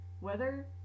Weather